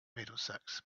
middlesex